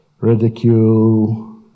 ridicule